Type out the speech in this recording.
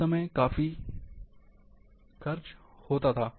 उस समय यहां काफ़ी समय ख़र्च होता था